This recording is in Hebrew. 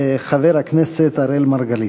חבר הכנסת אראל מרגלית.